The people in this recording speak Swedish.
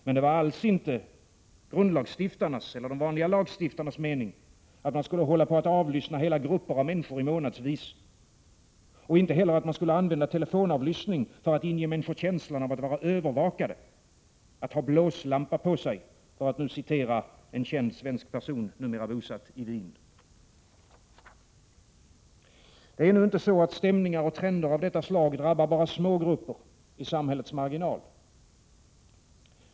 Men det var alls inte grundlagstiftarnas eller de vanliga lagstiftarnas mening att man skulle hålla på att avlyssna hela grupper av människor månadsvis och inte heller att man skulle använda telefonavlyssning för att inge människor känslan av att vara övervakade, att ha blåslampa på sig, för att nu citera en känd svensk person, numera bosatt i Wien. Det är nu inte så att stämningar och trender av detta slag drabbar bara små grupper i samhällets marginal.